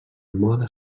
mode